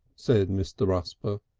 said mr rusper.